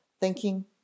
thinking